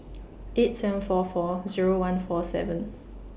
eight seven four four Zero one four seven